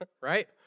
right